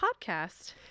Podcast